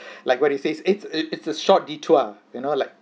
like what he says it's i~ it's a short detour you know like